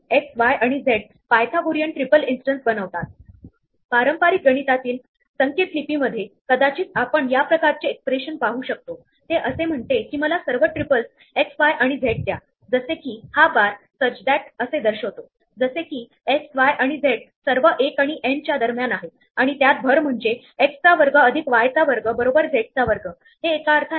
सामान्यतः स्टॅक हे recursive function call चा मागोवा ठेवण्यासाठी वापरले जाते जिथे आपण फंक्शन्स च्या सिक्वेन्स द्वारे जात असतो आणि नंतर शेवटच्या फंक्शनला याआधी जे वापरले होते त्याला परत येतो